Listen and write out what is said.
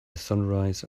sunrise